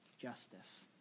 justice